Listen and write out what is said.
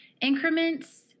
Increments